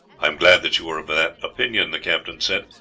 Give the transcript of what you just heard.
i am glad that you are of that opinion, the captain said.